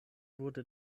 wurde